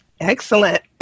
Excellent